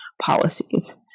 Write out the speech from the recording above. policies